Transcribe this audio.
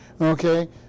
okay